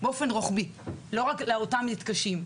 באופן רוחבי ולא רק לאותם ילדים שמתקשים.